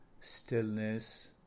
stillness